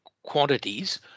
Quantities